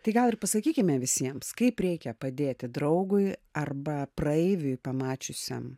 tai gal ir pasakykime visiems kaip reikia padėti draugui arba praeiviui pamačiusiam